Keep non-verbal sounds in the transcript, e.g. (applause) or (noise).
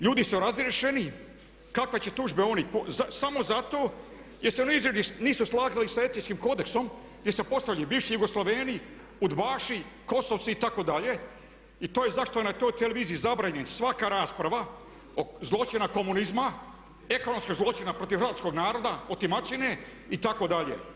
Ljudi su razriješeni, kakve će tužbe oni, samo zato jer se nisu slagali sa etičkim kodeksom gdje se postavljaju bivši jugoslaveni, UDBA-ši, KOS-ovci itd. i to je zašto … (unintelligible) na televiziji zabranjena svaka rasprava zločina komunizma, ekonomskog zločina protiv hrvatskog naroda, otimačine itd.